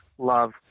love